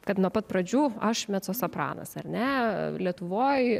kad nuo pat pradžių aš mecosopranas ar ne lietuvoj